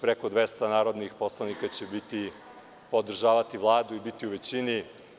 Preko 200 narodnih poslanika će podržavati Vladu i biti u većini.